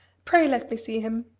pray let me see him!